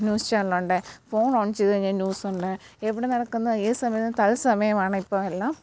news ചാനലൊണ്ട് phone on ചെയ്ത് കഴിഞ്ഞാൽ ന്യൂസൊണ്ട് എവിടെ നടക്കുന്ന ഏത് സമയോം തത്സമയവാണിപ്പം എല്ലാം